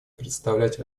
представлять